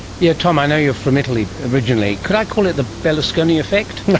yeah tom, i know you're from italy originally, could i call it the berlusconi effect?